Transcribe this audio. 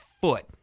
foot